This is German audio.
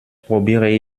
probiere